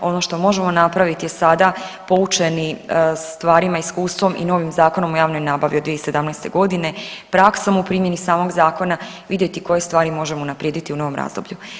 Ono što možemo napraviti je sada poučeni stvarima, iskustvom i novim Zakonom o javnoj nabavi od 2017. godine, praksom u primjeni samog zakona, vidjeti koje stvari možemo unaprijediti u novom razdoblju.